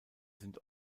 sind